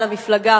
למפלגה.